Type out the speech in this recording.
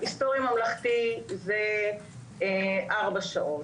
היסטוריה בממלכתי זה ארבע שעות.